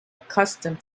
accustomed